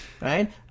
right